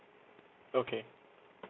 okay